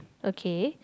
okay